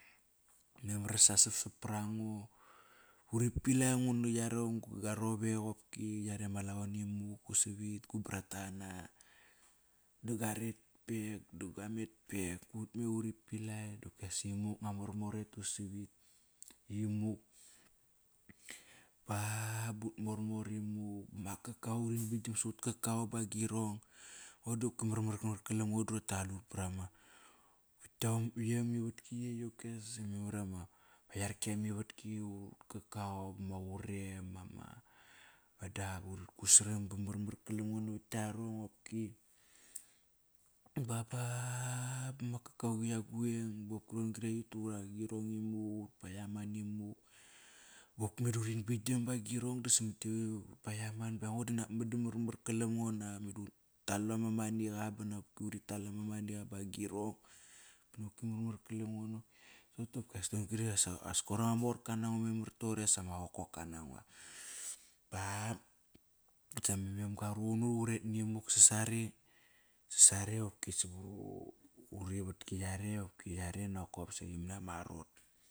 Memar sa sap sap parango. Uri pilai ngu no yare go rovek qopki yare ma lavo nimuk usavit gu brata qana da gua rakt pek, da gua mektpek, utme uri pilai dopkias imuk. Ngua mormor ete usavit imuk ba ba ut mormor imuk. Ma kakau, uri daktgam sut kakao ba agirong. Ngo dopki marmar kalam ngo, drorte qaiut prama yekt ama ivatki yekt qopkias imemar vora ma yarki ama ivatki ivut kakao, ma qurem mama dak urit kusaram ba marmar kalamut navat ktia rong qopki. Baba bama kakauqi ya guveng bopki ron-gri aiut dura girong imuk. Paiaman imuk, bopki meda urit bogiam ba girong. Ba aingo da meda marmar kalam ngo nak. Meda utal ama maniqa ba noqopki uri tal ama maniqa ba agirong. Sop dopkias koir kri ama morka nango memar toqori as ama qokoka nango. Ba sama mem ga ruqun nut uret nimuk sasare. Sasare qopki savaru urivatki yare qopki yare nokop saqi mania ma rot.